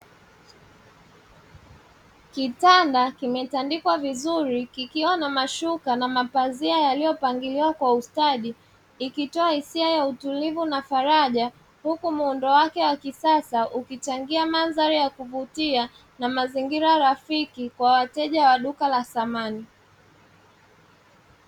Kitanda kimetandikwa vizuri kikiwa na mashuka na mapazia yaliyopangiliwa kwa ustadi ikitoa hisia ya utulivu na faraja, huku muundo wake wa kisasa ukichangia mandhari ya kuvutia na mazingira rafiki kwa wateja wa duka la samani.